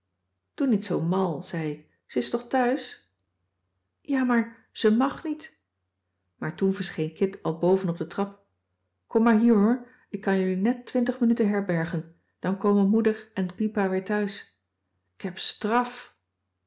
doe niet zoo mal zei ik ze is toch thuis ja maar ze mag niet maar toen verscheen kit al boven op de trap kom maar hier hoor ik kan jullie net twintig minuten herbergen dan komen moeder en de pipa weer thuis k heb stràf